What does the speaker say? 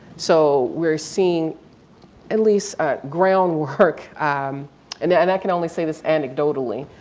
so we're seeing at least groundwork um and and i can only say this anecdotally,